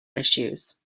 issues